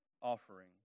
offering